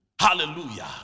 Hallelujah